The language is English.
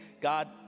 God